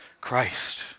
Christ